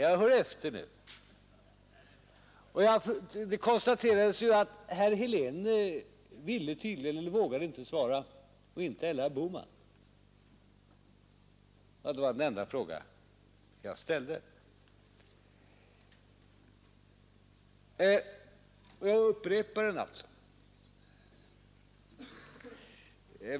Jag hör efter nu. Det konstaterades ju att herr Helén ville tydligen inte eller vågade inte svara och inte heller herr Bohman. Det var den enda fråga jag ställde, och jag upprepar den alltså.